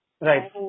Right